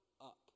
up